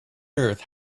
earth